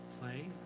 play